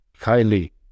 highly